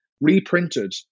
reprinted